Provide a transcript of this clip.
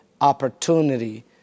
opportunity